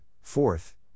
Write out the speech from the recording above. fourth